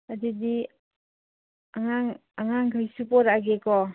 ꯑꯗꯨꯗꯤ ꯑꯉꯥꯡꯈꯩꯁꯨ ꯄꯨꯔꯛꯑꯒꯦꯀꯣ